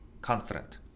confident